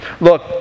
Look